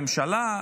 הממשלה,